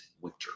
winter